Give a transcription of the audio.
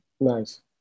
Nice